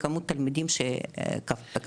בכמות תלמידים שהכפילה.